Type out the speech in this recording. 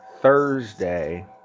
thursday